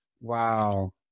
Wow